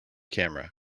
camera